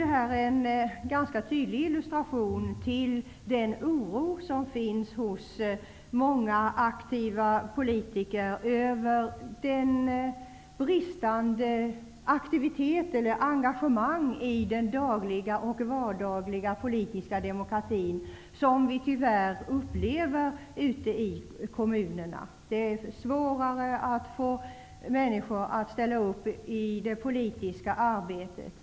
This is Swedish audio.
Det är en ganska tydlig illustration till den oro som finns hos många aktiva politiker för det bristande engagemanget i den dagliga och vardagliga politiska demokratin, som vi tyvärr upplever ute i kommunerna. Det är svårare att få människor att ställa upp i det politiska arbetet.